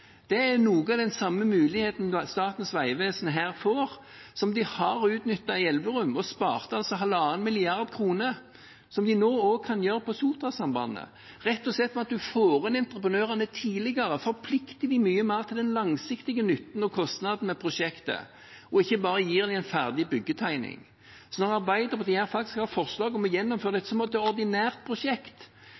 Det er noe av den samme muligheten Statens vegvesen her får – og som de har utnyttet i Elverum, hvor de altså sparte halvannen milliard kroner, og som de nå også kan gjøre på Sotrasambandet – hvor en rett og slett får inn entreprenørene tidligere, forplikter dem mye mer til den langsiktige nytten og kostnaden ved prosjektet og ikke bare gir dem en ferdig byggetegning. Så når Arbeiderpartiet her faktisk har et forslag om å gjennomføre dette som et ordinært prosjekt,